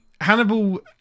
Hannibal